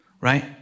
right